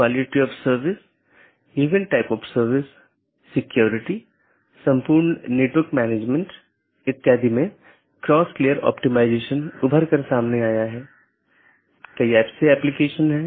यदि आप याद करें तो हमने एक पाथ वेक्टर प्रोटोकॉल के बारे में बात की थी जिसने इन अलग अलग ऑटॉनमस सिस्टम के बीच एक रास्ता स्थापित किया था